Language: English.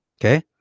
Okay